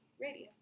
radio